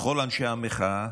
בכל אנשי המחאה,